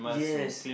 yes